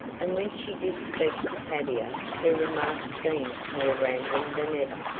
and when she did speak to tavia her remarks seemed more rambling than ever.